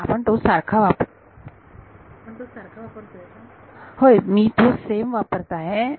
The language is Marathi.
विद्यार्थी आपण तोच सारखा वापरतोय का होय मी तोच सेम वापरते आहे